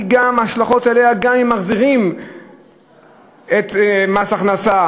ההשלכות עליה הן גם אם מחזירים את מס ההכנסה